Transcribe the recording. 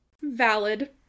Valid